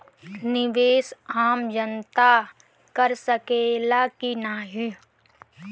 निवेस आम जनता कर सकेला की नाहीं?